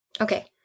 Okay